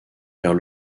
vers